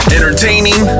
Entertaining